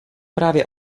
právě